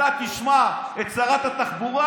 אתה תשמע את שרת התחבורה?